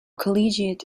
collegiate